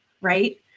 right